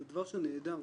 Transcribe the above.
זה דבר שהוא נהדר.